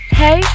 hey